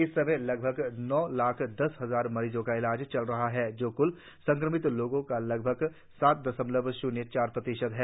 इस समय लगभग नौ लाख दस हजार मरीजों का इलाज चल रहा है जो क्ल संक्रमित लोगों का लगभग सात दशमलव शून्य चार प्रतिशत है